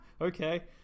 okay